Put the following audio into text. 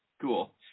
Cool